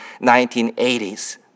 1980s